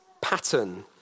pattern